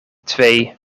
twee